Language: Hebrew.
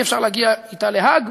אי-אפשר להגיע אתה להאג,